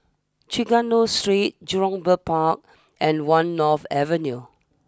Trengganu Street Jurong Bird Park and one North Avenue